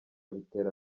bitera